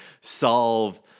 solve